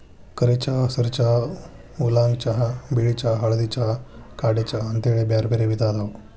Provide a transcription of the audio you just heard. ಕರಿ ಚಹಾ, ಹಸಿರ ಚಹಾ, ಊಲಾಂಗ್ ಚಹಾ, ಬಿಳಿ ಚಹಾ, ಹಳದಿ ಚಹಾ, ಕಾಡೆ ಚಹಾ ಅಂತೇಳಿ ಬ್ಯಾರ್ಬ್ಯಾರೇ ವಿಧ ಅದಾವ